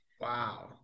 Wow